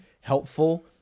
helpful